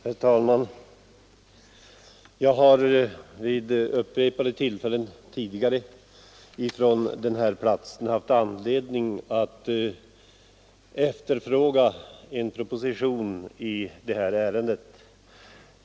Herr talman! Jag har tidigare vid upprepade tillfällen haft anledning att från denna talarstol efterfråga en proposition i detta ärende.